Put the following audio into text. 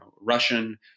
Russian